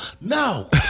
no